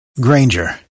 Granger